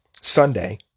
Sunday